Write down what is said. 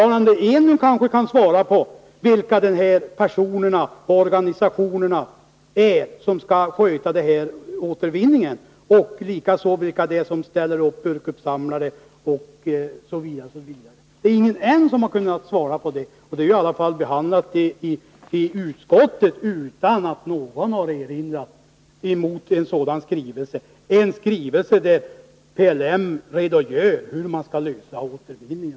Eric Enlund kanske kan svara på frågan vilka personer och organisationer det är som skall sköta återvinningen och även på frågan vilka det är som ställer upp för att åta sig uppsamling m.m. Det här problemet har ju varit uppe till behandling i utskottet utan att någon haft någon erinran mot den skrivelse där PLM redogör för hur man skall lösa problemet med återvinningen.